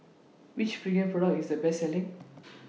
Which Pregain Product IS The Best Selling